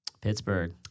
Pittsburgh